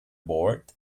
bored